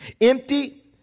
Empty